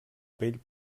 pell